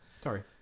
Sorry